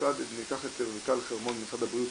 ניקח את רויטל חרמון ממשרד הבריאות,